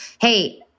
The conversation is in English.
hey